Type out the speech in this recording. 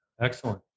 Excellent